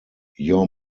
your